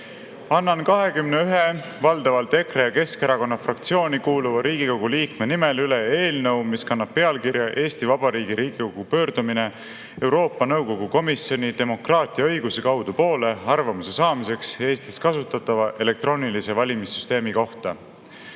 Annan 21 valdavalt EKRE ja Keskerakonna fraktsiooni kuuluva Riigikogu liikme nimel üle eelnõu, mis kannab pealkirja "Eesti Vabariigi Riigikogu pöördumine Euroopa Nõukogu komisjoni "Demokraatia õiguse kaudu" poole arvamuse saamiseks Eestis kasutatava elektroonilise valimissüsteemi kohta".